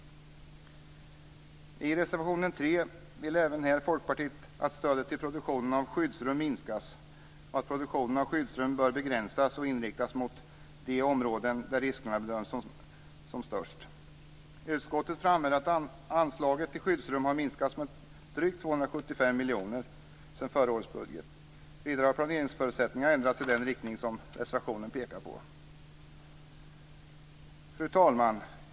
I reservation 3 vill Folkpartiet att stödet till produktionen av skyddsrum minskas och att produktionen av skyddsrum bör begränsas och inriktas mot de områden där riskerna bedöms som störst. Utskottet framhåller att anslaget till skyddsrum har minskats med drygt 275 miljoner sedan förra årets budget. Vidare har planeringsförutsättningarna ändrats i den riktning som reservationen pekar på. Fru talman!